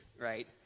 right